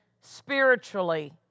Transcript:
spiritually